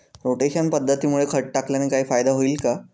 Rotation पद्धतीमुळे खत टाकल्याने काही फायदा होईल का?